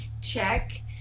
Check